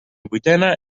vuitena